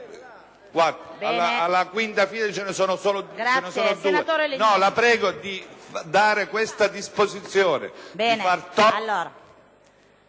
alla quinta fila ce ne sono due. La prego quindi di dare questa disposizione.